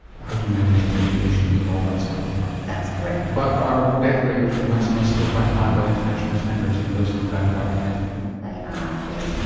how to manage your medications and all that sort of stuff? that's correct. but our death rate from asthma is still quite high by international standards even though it's come down quite dramatically? they are yes.